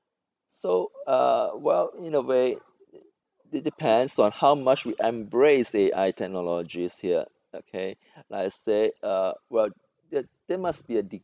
so uh well in a way it depends on how much we embrace A_I technologies here okay like I say uh well there there must be a